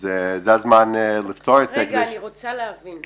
אז זה הזמן לפתור את זה -- רגע, אני רוצה להבין.